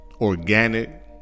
Organic